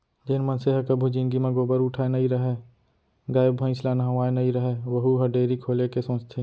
जेन मनसे ह कभू जिनगी म गोबर उठाए नइ रहय, गाय भईंस ल नहवाए नइ रहय वहूँ ह डेयरी खोले के सोचथे